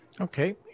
Okay